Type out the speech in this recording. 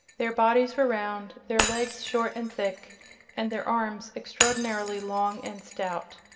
their bodies were round, their legs short and thick and their arms extraordinarily long and stout.